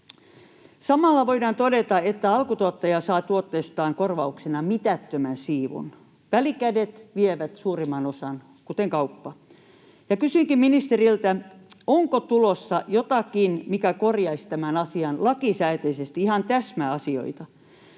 Samalla voidaan todeta, että alkutuottaja saa tuotteestaan korvauksena mitättömän siivun. Välikädet vievät suurimman osan, kuten kauppa. Ja kysynkin ministeriltä: onko tulossa jotakin, mikä korjaisi tämän asian lakisääteisesti, ihan täsmäasioita?